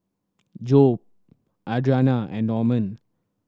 Jobe Adriana and Normand